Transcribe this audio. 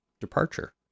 departure